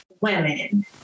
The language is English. women